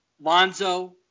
Lonzo